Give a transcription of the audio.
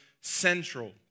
central